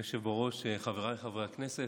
אדוני היושב-ראש, חבריי חברי הכנסת,